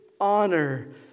honor